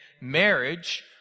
marriage